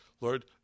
lord